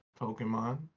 pokemon